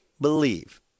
believe